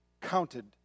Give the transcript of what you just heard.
counted